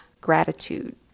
gratitude